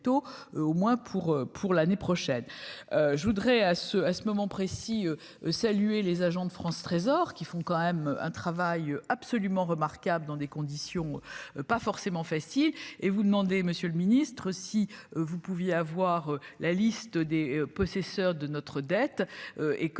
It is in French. Au moins pour pour l'année prochaine je voudrais à ce à ce moment précis, saluer les agents de France Trésor, qui font quand même un travail absolument remarquable dans des conditions pas forcément facile et vous demander, monsieur le ministre, si vous pouviez avoir la liste des possesseurs de notre dette et comment